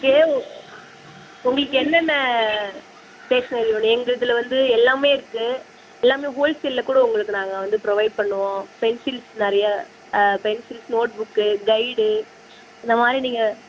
cave உங்களுக்கு என்னென்ன stationery வேணும் எங்களுதில் வந்து எல்லாமே இருக்குது எல்லாமே ஹோல்சேலில் கூட உங்களுக்கு நாங்கள் வந்து ப்ரொவைட் பண்ணுவோம் பென்சில்ஸ் நிறைய பென்சில்ஸ் நோட் புக்கு கைடு இந்த மாதிரி நீங்கள்